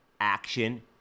action